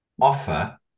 offer